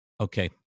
okay